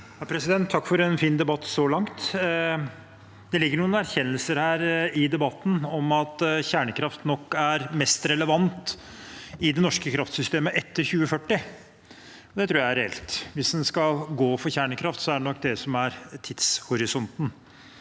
Takk for en fin debatt så langt. Det ligger noen erkjennelser i debatten om at kjernekraft nok er mest relevant i det norske kraftsystemet etter 2040, og det tror jeg er reelt. Hvis en skal gå inn for kjernekraft, er det nok det som er tidshorisonten.